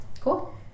cool